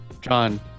John